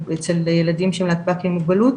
אבל ילדים שהם להטב"קים עם מוגבלות,